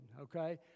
okay